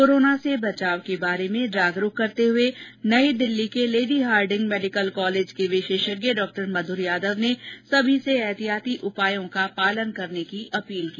corona से बचाव के बारे में जागरूक करते हुए नई दिल्ली के लेडी हॉडिंग मेडिकल कॉलेज के विशेषज्ञ डॉ मधुर यादव ने सभी से एहतियाती उपायों का पालन करने की अपील की